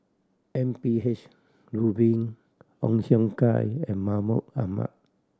M P H Rubin Ong Siong Kai and Mahmud Ahmad